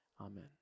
Amen